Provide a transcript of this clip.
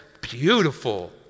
beautiful